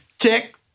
check